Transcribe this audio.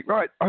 Right